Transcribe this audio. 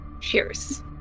Cheers